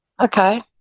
Okay